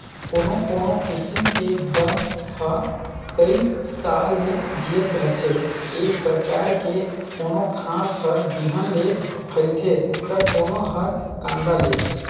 कोनो कोनो किसम के बन ह कइ साल ले जियत रहिथे, ए परकार के कोनो घास हर बिहन ले फइलथे त कोनो हर कांदा ले